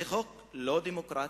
זה חוק לא דמוקרטי,